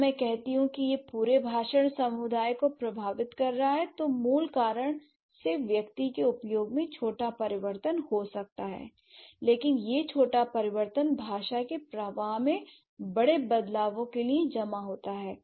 जब मैं कहती हूं कि यह पूरे भाषण समुदाय को प्रभावित कर रहा है तो मूल कारण से व्यक्ति के उपयोग में छोटा परिवर्तन हो सकता है लेकिन यह छोटा परिवर्तन भाषा के प्रवाह में बड़े बदलावों के लिए जमा होता है